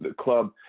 but club.